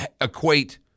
equate